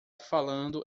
falando